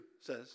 says